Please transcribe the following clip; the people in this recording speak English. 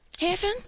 heaven